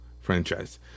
Franchise